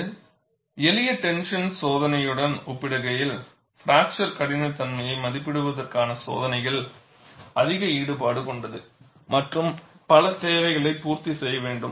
ஒரு எளிய டென்ஷன் சோதனையுடன் ஒப்பிடுகையில் பிராக்சர் கடினத்தன்மையை மதிப்பிடுவதற்கான சோதனை அதிக ஈடுபாடு கொண்டது மற்றும் பல தேவைகளை பூர்த்தி செய்ய வேண்டும்